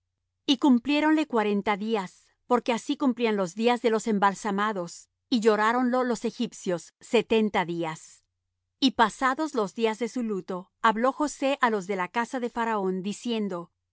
y cumpliéronle cuarenta días porque así cumplían los días de los embalsamados y lloráronlo los egipcios setenta días y pasados los días de su luto habló josé á los de la casa de faraón diciendo si